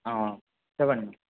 చెప్పండి